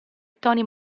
tony